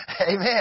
Amen